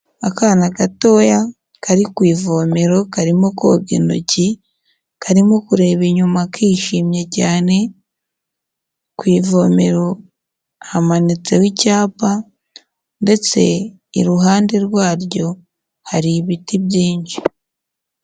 Akana gatoya kari ku ivomero karimo koga intoki, karimo kureba inyuma kishimye cyane, ku ivomero hamanitseho icyapa ndetse iruhande rwaryo hari ibiti byinshi.